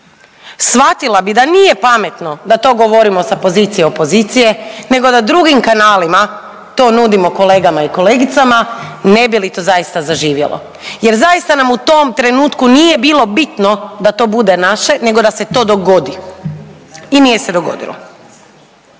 shvatila bi da nije pametno da to govorimo sa pozicije opozicije, nego da drugim kanalima to nudimo kolegama i kolegicama ne bi li to zaista zaživjelo. Jer zaista nam u tom trenutku nije bilo bitno da to bude naše, nego da se to dogodi i nije se dogodilo.